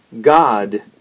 God